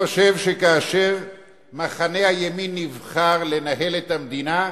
אני חושב שכאשר מחנה הימין נבחר לנהל את המדינה,